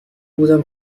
بودم